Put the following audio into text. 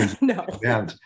no